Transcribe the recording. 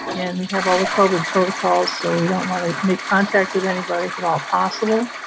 and we have all the covid protocols, so we don't want to make contact with anybody if at all possible.